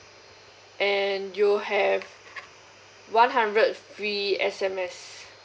and you have one hundred free S_M_S